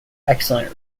excellent